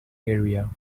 area